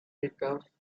because